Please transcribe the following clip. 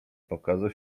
pokazał